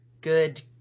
good